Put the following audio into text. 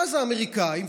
ואז האמריקאים,